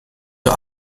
zur